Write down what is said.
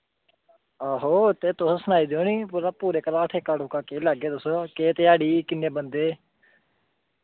आहो ते तुस सनाई दियो निं पूरा पूरे घरा दा ठेका ठुका केह् लैगे तुस केह् ध्याड़ी किन्ने बंदे